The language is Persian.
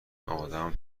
آدم